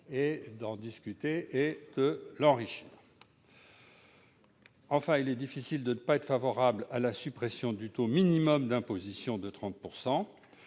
d'en discuter et de l'enrichir. Il est difficile d'être défavorable à la suppression du taux minimum d'imposition de 30